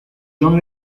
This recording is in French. jean